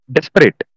Desperate